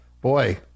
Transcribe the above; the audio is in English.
Boy